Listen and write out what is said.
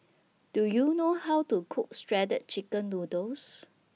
Do YOU know How to Cook Shredded Chicken Noodles